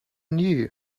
knew